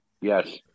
Yes